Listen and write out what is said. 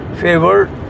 favored